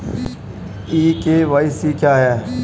ई KYC क्या है?